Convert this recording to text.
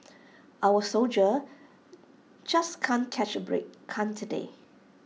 our soldiers just can't catch A break can't they